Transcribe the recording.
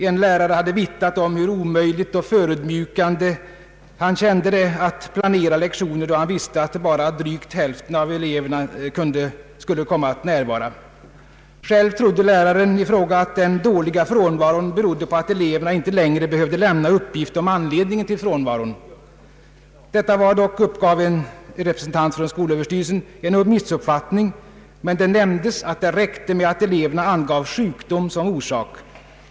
En lärare hade vittnat om hur omöjligt och förödmjukande han kände det att planera lektioner när han visste att bara drygt hälften av eleverna skulle komma att närvara. Själv trodde läraren i fråga att den stora frånvaron berodde på att eleverna inte längre behövde lämna uppgift om anledningen till frånvaron. Detta var dock, uppgav en representant för skolöverstyrelsen, en missuppfattning men det nämndes att det räckte med att eleverna angav ”sjukdom” som orsak.